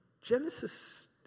Genesis